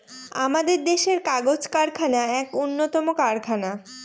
আমাদের দেশের কাগজ কারখানা এক উন্নতম কারখানা